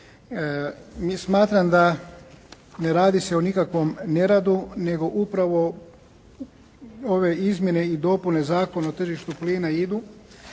Mi smatram da ne radi se o nikakvom neradu, nego upravo ove izmjene i dopune Zakona o tržištu plina idu